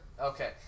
Okay